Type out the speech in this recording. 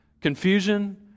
Confusion